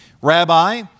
Rabbi